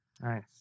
Nice